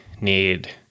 need